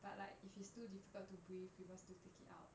but like if it's too difficult to breathe people still take it out